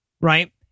right